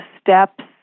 steps